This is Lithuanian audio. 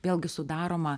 vėlgi sudaroma